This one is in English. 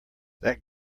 that